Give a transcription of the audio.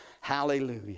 Hallelujah